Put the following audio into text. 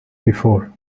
before